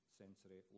sensory